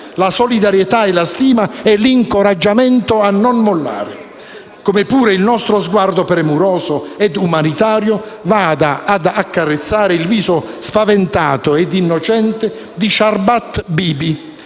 la solidarietà, la stima e l'incoraggiamento a non mollare. Allo stesso modo, il nostro sguardo premuroso e umanitario vada ad accarezzare il viso spaventato e innocente di Sharbat Bibi,